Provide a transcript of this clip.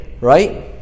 Right